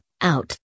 out